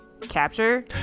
capture